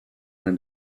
man